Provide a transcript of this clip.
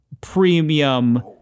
premium